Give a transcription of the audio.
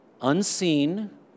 unseen